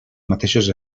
mateixos